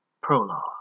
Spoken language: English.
Prologue